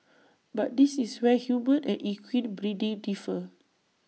but this is where human and equine breeding differ